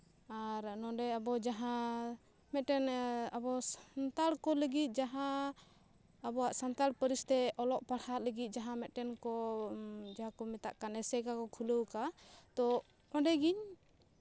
ᱟᱨ ᱱᱚᱰᱮ ᱟᱵᱚ ᱡᱟᱦᱟᱸ ᱢᱤᱫᱴᱮᱱ ᱟᱵᱚ ᱥᱟᱱᱛᱟᱲ ᱠᱚ ᱞᱟᱹᱜᱤᱫ ᱡᱟᱦᱟᱸ ᱟᱵᱚᱣᱟᱜ ᱥᱟᱱᱛᱟᱲ ᱯᱟᱹᱨᱤᱥᱛᱮ ᱚᱞᱚᱜ ᱯᱟᱲᱦᱟᱜ ᱞᱟᱹᱜᱤᱫ ᱡᱟᱦᱟᱸ ᱢᱤᱫᱴᱮᱱ ᱠᱚ ᱡᱟᱦᱟᱸ ᱠᱚ ᱢᱮᱛᱟᱜ ᱠᱟᱱ ᱟᱥᱮᱠᱟ ᱠᱚ ᱠᱷᱩᱞᱟᱹᱣ ᱠᱟᱜ ᱛᱚ ᱚᱸᱰᱮ ᱜᱤᱧ